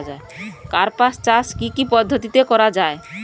কার্পাস চাষ কী কী পদ্ধতিতে করা য়ায়?